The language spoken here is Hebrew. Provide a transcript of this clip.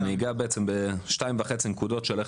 אני אגע בשתיים וחצי נקודות של איך